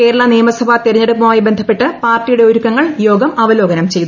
കേരള നിയമസഭാ തിരഞ്ഞെടുപ്പുമായി ബന്ധപ്പെട്ട് പാർട്ടിയുടെ ഒരുക്കങ്ങൾ യോഗം അവലോകനം ചെയ്തു